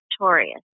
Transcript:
victorious